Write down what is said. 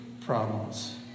problems